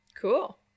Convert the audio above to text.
Cool